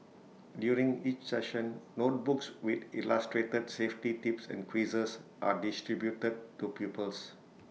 during each session notebooks with illustrated safety tips and quizzes are distributed to pupils